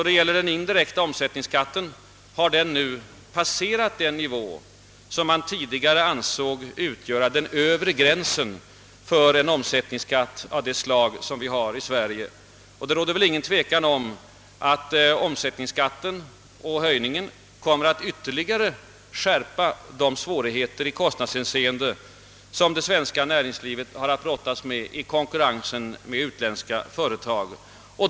Den indirekta omsättningsskatten har nu passerat den nivå som man tidigare ansåg utgöra den övre gränsen för en omsättningsskatt av det slag som vi har i Sverige. Det råder väl inte något tvivel om att höjningen av omsättningsskatten kommer att ytterligare skärpa de svårigheter i kostnadshänseende som det svenska näringslivet har att brottas med i konkurrensen med utländska företag.